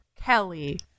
Kelly